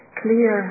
clear